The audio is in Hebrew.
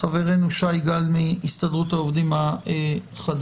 חברנו שי גל מהסתדרות העובדים החדשה.